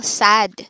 sad